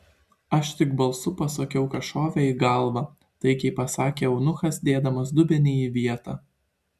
aš tik balsu pasakiau kas šovė į galvą taikiai atsakė eunuchas dėdamas dubenį į vietą